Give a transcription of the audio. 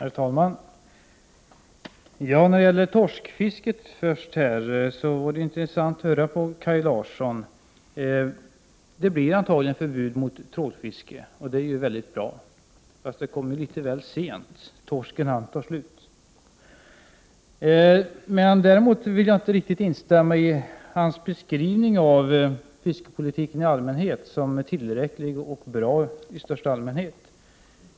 Herr talman! När det gäller torskfisket var det mycket intressant att höra Kaj Larsson. Det blir antagligen förbud mot trålfiske. Det är väldigt bra, även om förbudet kommer litet väl sent för torsken är redan slut. Däremot vill jag inte riktigt instämma i Kaj Larssons beskrivning av fiskepolitiken som tillräcklig och bra i största allmänhet.